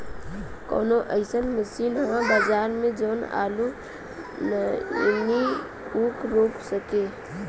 कवनो अइसन मशीन ह बजार में जवन आलू नियनही ऊख रोप सके?